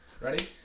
Ready